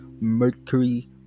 Mercury